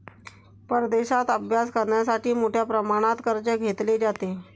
परदेशात अभ्यास करण्यासाठी मोठ्या प्रमाणात कर्ज घेतले जाते